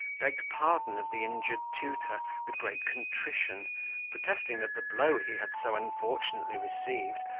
begged pardon of the injured tutor with great contrition protesting that the blow he had so unfortunately received,